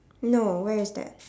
no where is that